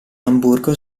amburgo